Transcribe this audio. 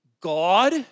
God